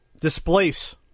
Displace